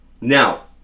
now